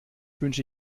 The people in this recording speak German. wünsche